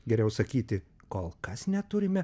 geriau sakyti kol kas neturime